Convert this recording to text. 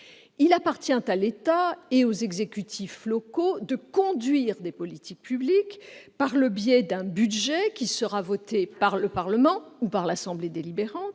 Il appartient à l'État et aux exécutifs locaux de conduire des politiques publiques par le biais d'un budget qui sera voté par le Parlement ou par l'assemblée délibérante,